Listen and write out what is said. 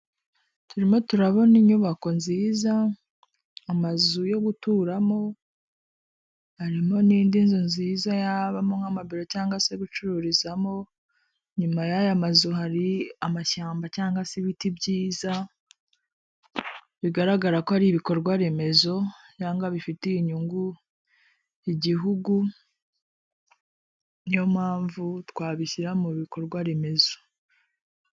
Turimo turabona inyubako nziza, amazu yo guturamo harimo, harimo n'indi nzu nziza yabamo nk'amabiro cyangwa se gucururizamo, nyuma y'aya mazu hari amashyamba cyangwa se ibiti byiza bigaragara ko ari ibikorwa remezo cyangwa bifitiye inyungu igihugu niyo mpamvu twabishyira mu bikorwa remezo.